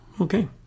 Okay